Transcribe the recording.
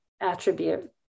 attribute